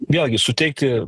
vėlgi suteikti